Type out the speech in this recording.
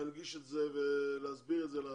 להנגיש את זה ולהסביר את זה לאנשים.